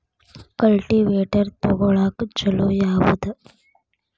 Cultivator ತೊಗೊಳಕ್ಕ ಛಲೋ ಯಾವದ?